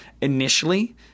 initially